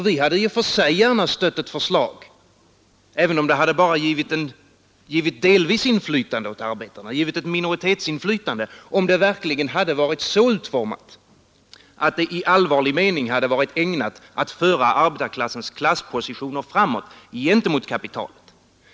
Vi hade i och för sig gärna stött ett förslag, även om det bara hade givit ett minoritetsinflytande åt arbetarna om det verkligen hade varit så utformat, att det i allvarlig mening hade varit ägnat att föra arbetarnas klasspositioner framåt gentemot kapitalet.